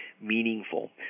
meaningful